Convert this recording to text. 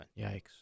Yikes